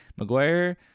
McGuire